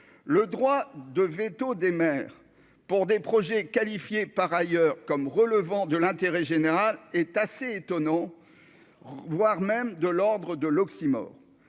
le droit de véto des maires pour des projets qualifiés par ailleurs comme relevant de l'intérêt général est assez étonnant, voire même de l'ordre de l'oxymore,